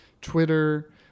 Twitter